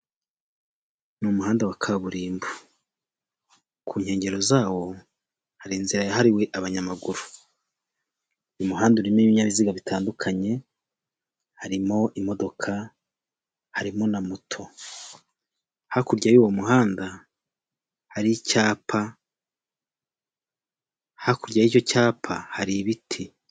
Umuhanda wa kaburimbo ku nkengero zawo hari inzira yahariwe abanyamaguru, umuhanda urimo ibinyabiziga bitandukanye harimo imodoka harimo na moto, hakurya y'uwo muhanda hari icyapa hakurya y'icyo cyapa hari ibiti.